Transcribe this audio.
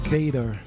Vader